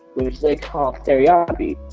which they called stereotopy.